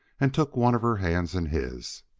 and took one of her hands in his.